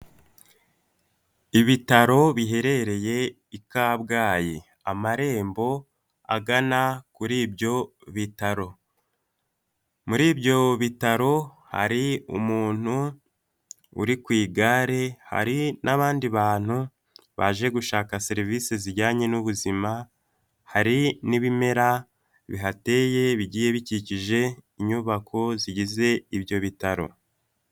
Ibitaro biherereye i kabgayi amarembo agana kuri ibyo bitaro muri ibyo bitaro hari umuntu uri ku igare hari n'abandi bantu baje gushaka serivisi zijyanye n'ubuzima hari n'ibimera bihateye bigiye bikikije inyubako zigize ibyo bitaro.